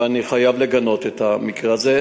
ואני חייב לגנות את המקרה הזה.